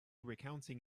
recounting